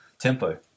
tempo